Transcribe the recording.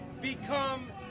become